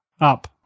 up